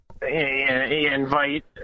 invite